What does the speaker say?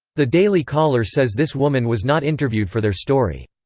the daily caller says this woman was not interviewed for their story.